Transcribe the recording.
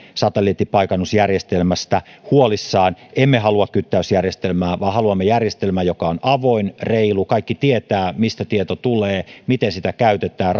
satelliittipaikannusjärjestelmästä huolissaan emme halua kyttäysjärjestelmää vaan haluamme järjestelmän joka on avoin reilu jossa kaikki tietävät mistä tieto tulee miten sitä käytetään